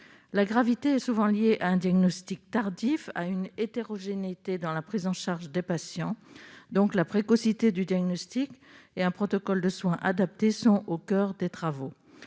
La gravité est souvent liée à un diagnostic tardif et à une hétérogénéité dans la prise en charge des patients. La précocité du diagnostic et un protocole de soins adapté sont donc au coeur des travaux.